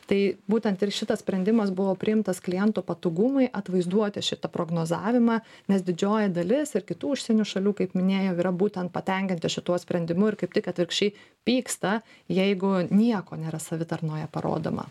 tai būtent ir šitas sprendimas buvo priimtas klientų patogumui atvaizduoti šitą prognozavimą nes didžioji dalis ir kitų užsienio šalių kaip minėjau yra būtent patenkinti šituo sprendimu ir kaip tik atvirkščiai pyksta jeigu nieko nėra savitarnoje parodoma